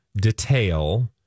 detail